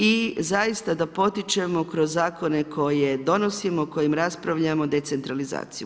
I zaista da potičemo kroz zakone koje donosimo, o kojim raspravljamo decentralizaciju.